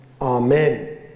Amen